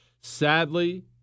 Sadly